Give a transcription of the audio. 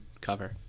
cover